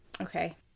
Okay